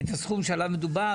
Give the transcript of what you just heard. את הסכום שעליו מדובר,